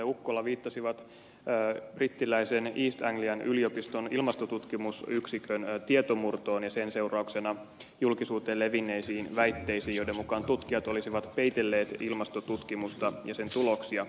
ukkola viittasi brittiläisen east anglian yliopiston ilmastotutkimusyksikön tietomurtoon ja sen seurauksena julkisuuteen levinneisiin väitteisiin joiden mukaan tutkijat olisivat peitelleet ilmastotutkimusta ja sen tuloksia